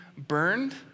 Burned